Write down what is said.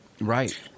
Right